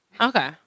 Okay